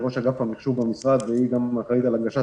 היא ראש אגף המחשוב במשרד והיא גם אחראית על הנגשת